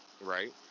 Right